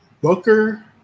Booker